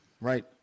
Right